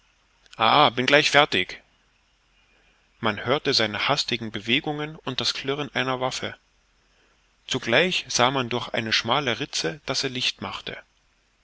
ah bin gleich fertig man hörte seine hastigen bewegungen und das klirren einer waffe zugleich sah man durch eine schmale ritze daß er licht machte